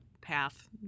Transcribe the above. path